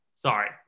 sorry